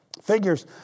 figures